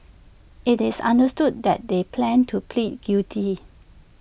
IT is understood that they plan to plead guilty